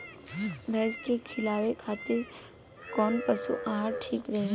भैंस के खिलावे खातिर कोवन पशु आहार ठीक रही?